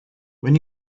when